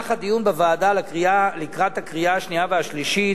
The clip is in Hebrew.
במהלך הדיון בוועדה לקראת הקריאה השנייה והשלישית